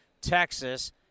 Texas